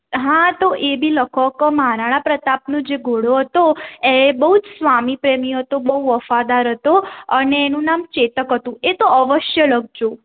હા તો A B લખો કે મહારાણા પ્રતાપનો જે ઘોડો હતો એ બહુ જ સ્વામી પ્રેમી હતો બહુ વફાદાર હતો અને એનું નામ ચેતક હતું એ તો અવશ્ય લખજો